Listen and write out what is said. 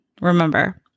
Remember